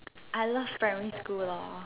I love primary school loh